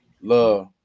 love